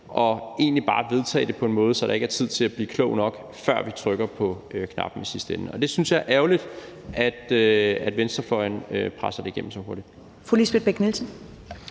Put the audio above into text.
og egentlig bare vedtage det på en måde, så der ikke er tid til at blive klog nok, før vi trykker på knappen i sidste ende. Og jeg synes, det er ærgerligt, at venstrefløjen presser det igennem så hurtigt.